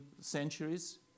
centuries